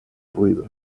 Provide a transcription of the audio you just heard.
ruido